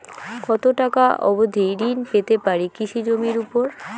কত টাকা অবধি ঋণ পেতে পারি কৃষি জমির উপর?